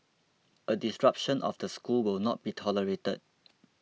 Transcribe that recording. a disruption of the school will not be tolerated